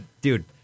dude